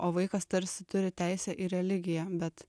o vaikas tarsi turi teisę į religiją bet